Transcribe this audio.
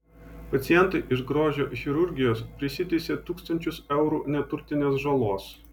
pacientai iš grožio chirurgijos prisiteisė tūkstančius eurų neturtinės žalos